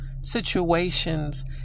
situations